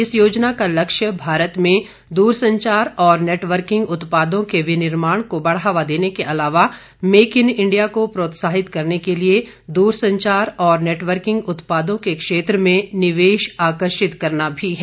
इस योजना का लक्ष्य भारत में द्रसंचार और नेटवर्किंग उत्पादों के विनिर्माण को बढ़ावा देने के अलावा मेक इन इंडिया को प्रोत्साहित करने के लिए द्रसंचार और नेटवर्किंग उत्पादों के क्षेत्र में निवेश आकर्षित करना भी है